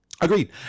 Agreed